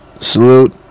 Salute